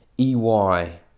EY